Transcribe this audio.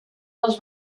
dels